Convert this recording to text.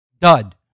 Dud